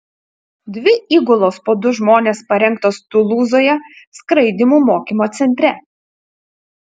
dvi įgulos po du žmones parengtos tulūzoje skraidymų mokymo centre